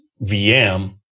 VM